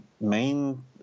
main –